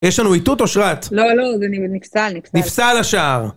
יש לנו איתות אושרת ? לא, לא, זה נפסל, נפסל. נפסל השער.